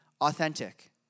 authentic